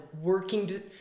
working